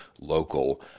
local